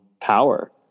power